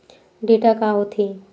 Data का होथे?